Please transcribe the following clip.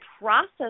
process